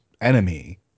enemy